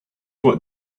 what